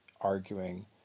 arguing